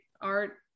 art